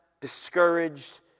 discouraged